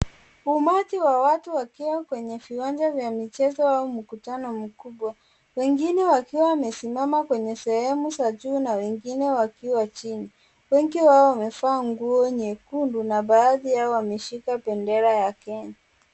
Umati wa watu wakiwa kwenye viwanja vya michezo au mkutano mkubwa wengine wakiwa wamesimama kwenye sehemu za juu na wengine wakiwa chini wengi wao wamevaa nguo nyekundu na baadhi yao wameshika bendera ya Kenya.